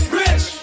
rich